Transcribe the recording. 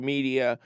Media